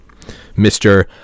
Mr